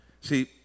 See